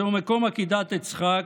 זהו מקום עקדת יצחק,